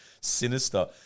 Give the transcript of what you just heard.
sinister